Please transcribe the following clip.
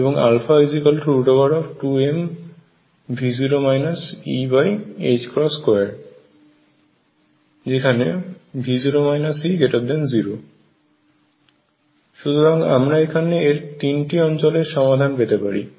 এবং α2mV0 E2 0 সুতরাং আমরা এখানে এর তিনটি অঞ্চলের সমাধান পেতেপারি